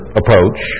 approach